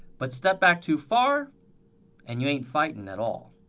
but step back too far and you ain't fighting at all.